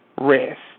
rest